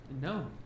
No